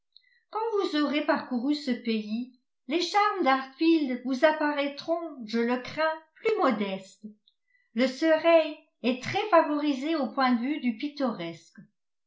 quand vous aurez parcouru ce pays les charmes d'hartfield vous apparaîtront je le crains plus modestes le surrey est très favorisé au point de vue du pittoresque